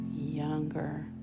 younger